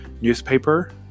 newspaper